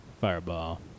Fireball